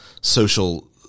social